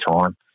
time